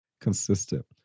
consistent